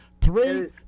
Three